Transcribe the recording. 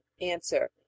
Answer